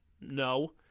No